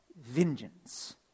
vengeance